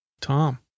tom